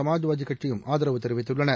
சமாஜ்வாதிக்கட்சியும் ஆதரவு தெரிவித்துள்ளன